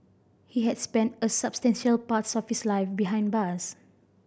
he had spent a substantial parts of his life behind bars